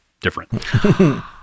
different